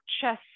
chess